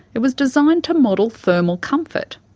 it was designed to model thermal comfort,